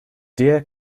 deer